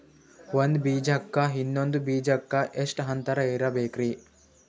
ಒಂದ್ ಬೀಜಕ್ಕ ಇನ್ನೊಂದು ಬೀಜಕ್ಕ ಎಷ್ಟ್ ಅಂತರ ಇರಬೇಕ್ರಿ?